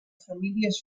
famílies